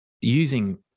using